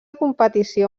competició